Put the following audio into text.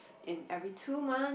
in every two month